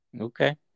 Okay